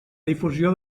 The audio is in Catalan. difusió